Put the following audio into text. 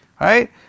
right